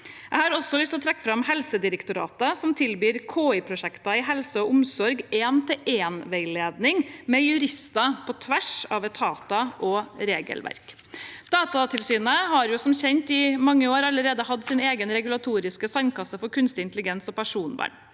Jeg har også lyst til å trekke fram Helsedirektoratet, som tilbyr KI-prosjekter innen helse og omsorg én-til-én-veiledning med jurister på tvers av etater og regelverk. Datatilsynet har som kjent allerede i mange år hatt sin egen regulatoriske sandkasse for kunstig intelligens og personvern.